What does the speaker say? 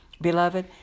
Beloved